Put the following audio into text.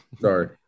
Sorry